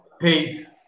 paid